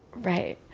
right.